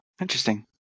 Interesting